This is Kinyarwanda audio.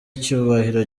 icyubahiro